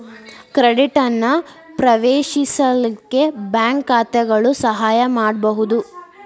credit ಅನ್ನ ಪ್ರವೇಶಿಸಲಿಕ್ಕೆ bank ಖಾತಾಗಳು ಸಹಾಯ ಮಾಡ್ಬಹುದು